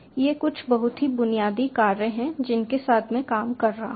ये कुछ बहुत ही बुनियादी कार्य हैं जिनके साथ मैं काम कर सकता हूं